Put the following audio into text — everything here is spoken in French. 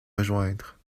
rejoindre